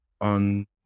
on